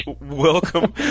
welcome